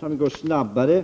fram snabbare.